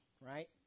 right